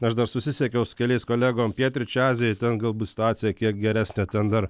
aš dar susisiekiau su keliais kolegom pietryčių azijoj ten galbūt situacija kiek geresnė ten dar